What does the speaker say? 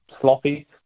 sloppy